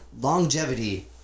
Longevity